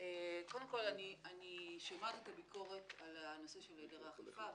אני שומעת את הביקורת על הנושא של היעדר אכיפה,